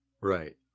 Right